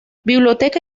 biblioteca